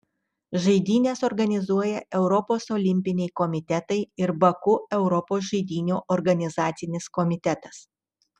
žaidynes organizuoja europos olimpiniai komitetai ir baku europos žaidynių organizacinis komitetas